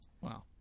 Wow